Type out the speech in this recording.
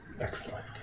excellent